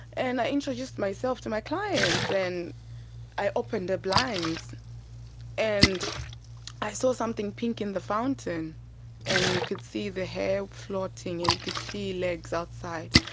and i introduced myself to my clients. and i open the blinds and i saw something pink in the fountain and you could see the hair floating and you could see legs outside.